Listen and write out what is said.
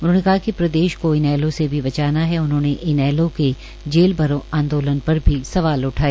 उन्होंने कहा कि प्रदेश को इनैलो से भी बचाना है उन्होंने इनैलो के जेल भरो आंदोलन पर भी सवाल उठाए